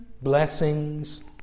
blessings